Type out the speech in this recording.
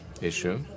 issue